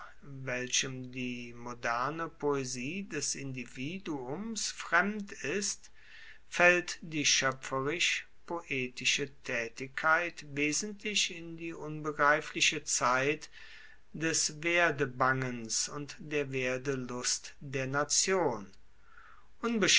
welchem die moderne poesie des individuums fremd ist faellt die schoepferisch poetische taetigkeit wesentlich in die unbegreifliche zeit des werdebangens und der werdelust der nation